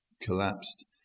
collapsed